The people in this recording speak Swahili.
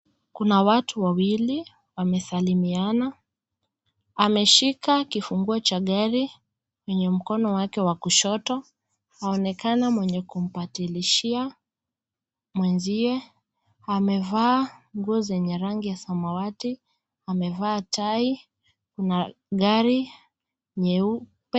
Kuna watu wawili wamesalimiana. Ameshika kifunguo cha gari yenye mkono wake wa kushoto. Aonekana mwenye kumpatilishia mwenzie. Amevaa nguo zenye rangi ya samawati. Amevaa tai. Kuna gari nyeupe.